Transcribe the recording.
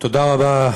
תודה רבה,